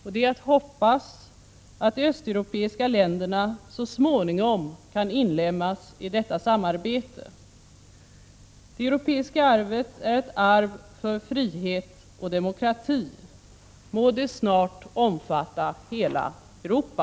Det är att hoppas att de östeuropeiska länderna så småningom kan inlemmas i detta samarbete. Det europeiska arvet är ett arv för frihet och demokrati. Må det snart omfatta hela Europa.